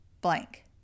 blank